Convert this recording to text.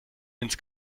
ins